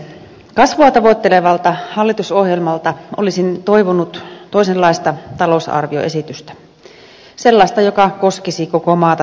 kasvua tavoittelevalta hallitusohjelmalta olisin toivonut toisenlaista talousarvioesitystä sellaista joka koskisi koko maata tasapuolisesti